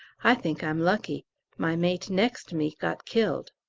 i think i'm lucky my mate next me got killed.